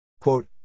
Quote